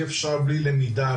אי אפשר בלי למידה,